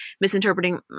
misinterpreting